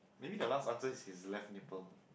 maybe the last answer is his left nipple